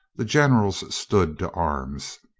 the generals stood to arms.